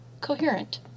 coherent